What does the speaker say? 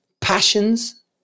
passions